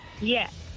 Yes